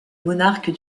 monarque